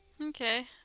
Okay